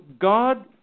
God